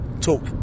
talk